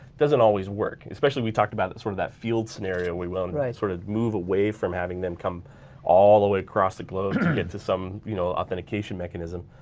doesn't always work. especially we talked about sort of that field scenario we will in sort of move away from having them come all the way across the globe to get to some you know authentication mechanism.